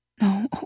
no